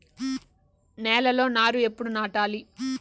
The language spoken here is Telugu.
నేలలో నారు ఎప్పుడు నాటాలి?